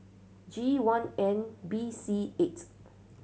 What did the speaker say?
G one N B C eight